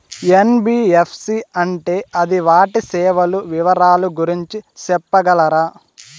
NBFC అంటే అది వాటి సేవలు వివరాలు గురించి సెప్పగలరా?